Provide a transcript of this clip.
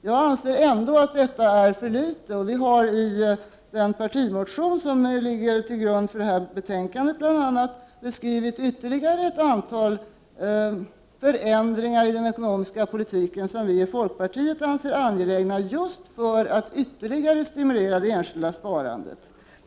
Jag anser ändå att detta är för litet, och folkpartiet har i den partimotion som bl.a. ligger till grund för detta betänkande beskrivit ytterligare ett antal förändringar i den ekonomiska politiken som vi anser är angelägna just för att ytterligare stimulera det enskilda sparandet.